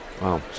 Wow